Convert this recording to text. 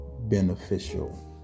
Beneficial